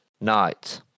Knight